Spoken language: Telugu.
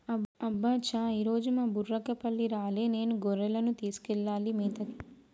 అబ్బ చా ఈరోజు మా బుర్రకపల్లి రాలే నేనే గొర్రెలను తీసుకెళ్లాలి మేతకి